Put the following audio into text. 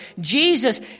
Jesus